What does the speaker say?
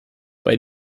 bei